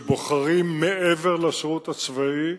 שבוחרים, מעבר לשירות הצבאי,